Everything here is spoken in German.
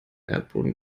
erdboden